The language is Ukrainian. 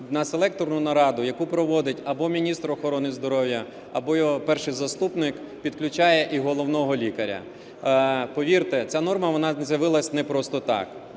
на селекторну нараду, яку проводить або міністр охорони здоров'я, або його перший заступник, підключає і головного лікаря. Повірте, ця норма, вона з'явилась не просто так.